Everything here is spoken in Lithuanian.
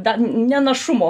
dar ne našumo